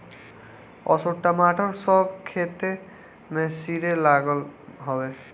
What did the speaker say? असो टमाटर सब खेते में सरे लागल हवे